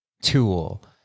tool